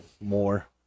more